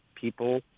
people